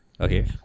Okay